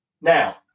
Now